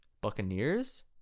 Buccaneers